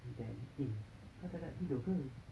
then eh kau tak nak tidur ke plan